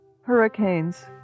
hurricanes